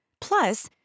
Plus